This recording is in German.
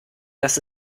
das